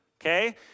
okay